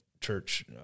church